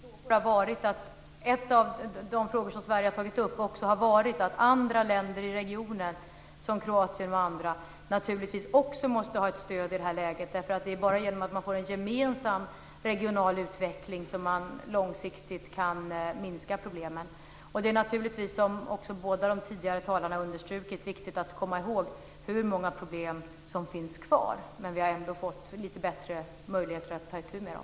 Fru talman! Jag kan instämma. Jag vill också stryka under att en av de frågor som Sverige har tagit upp har gällt att andra länder i regionen, som Kroatien, naturligtvis också måste ha ett stöd i detta läge. Det är bara genom att man får en gemensam regional utveckling som man långsiktigt kan minska problemen. Det är naturligtvis, som också båda de tidigare talarna har understrukit, viktigt att komma ihåg hur många problem som finns kvar. Men vi har ändå fått lite bättre möjligheter att ta itu med dem.